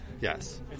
Yes